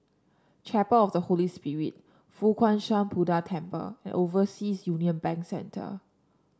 Chapel of the Holy Spirit Fo Guang Shan Buddha Temple and Overseas Union Bank Centre